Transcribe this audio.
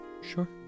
Sure